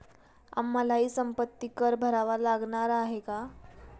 आम्हालाही संपत्ती कर भरावा लागणार आहे का?